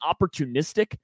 opportunistic